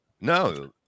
No